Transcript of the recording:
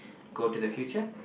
go to the future